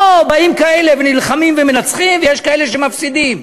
לא באים כאלה ונלחמים ומנצחים, ויש כאלה שמפסידים.